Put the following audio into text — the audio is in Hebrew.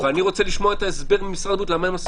אבל אני רוצה לשמוע את ההסבר ממשרד הבריאות למה הם עשו את זה.